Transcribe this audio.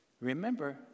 Remember